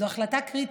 זו החלטה קריטית.